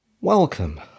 welcome